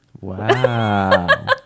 Wow